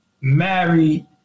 married